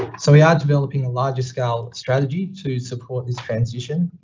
so we are developing a larger scale strategy to support this transition.